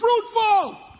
fruitful